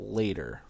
later